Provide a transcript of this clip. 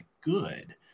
good